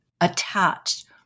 attached